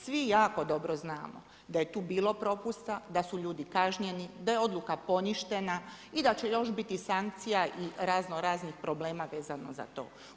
Svi jako dobro znamo da je tu bilo propusta, da su ljudi kažnjeni, da je odluka poništena, i da će još biti sankcija i raznoraznih problema vezano za to.